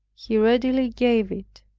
he readily gave it.